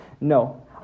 no